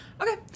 Okay